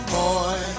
boy